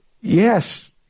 Yes